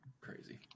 crazy